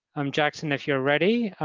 um jackson, if you're ready,